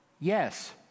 Yes